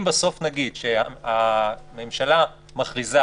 אם בסוף נגיד שהממשלה מכריזה,